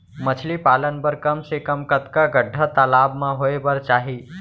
मछली पालन बर कम से कम कतका गड्डा तालाब म होये बर चाही?